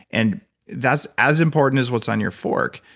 and that's as important as what's on your fork.